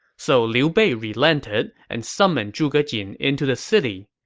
so liu bei relented and summoned zhuge jin into the city.